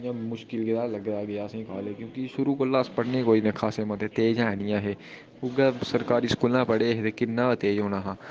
भी मुश्किल गेदा लगदा गेआ इत्थें आए दे क्योंकि अस शुरू दा गै पढ़ने गी कोई इ'न्ने खासे तेज़ ते ऐ दे नेईं ऐ हे उ'ऐ सरकारी स्कूलें पढ़े हे ते कि'न्ना तेज़ होना हा